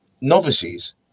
novices